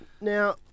now